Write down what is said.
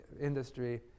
industry